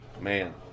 Man